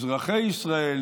אזרחי ישראל,